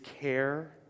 care